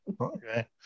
Okay